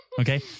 Okay